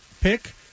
pick